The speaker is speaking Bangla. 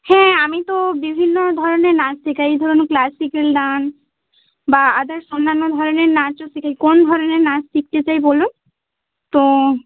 হ্যাঁ আমি তো বিভিন্ন ধরনের নাচ শেখাই ধরুন ক্লাসিকেল ডান্স বা আদার্স অন্যান্য ধরনের নাচও শেখাই কোন ধরনের নাচ শিখতে চাই বলুন তো